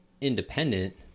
independent